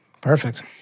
Perfect